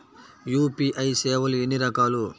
UPI సేవలు ఎన్నిరకాలు?